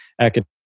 academic